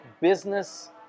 business